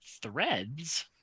threads